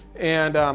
and,